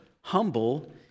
humble